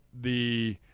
the-